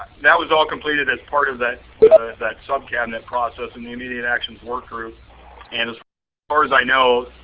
that was all completed as part of that that sub-cabinet process and the immediate action workgroup and as far as i know,